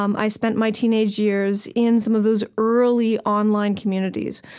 um i spent my teenage years in some of those early online communities,